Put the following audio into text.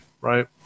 right